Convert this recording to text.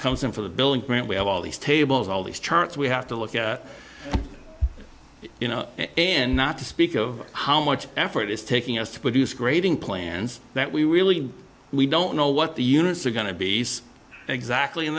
comes in for the building grant we have all these tables all these charts we have to look at you know and not to speak of how much effort is taking us to produce grading plans that we really we don't know what the units are going to be exactly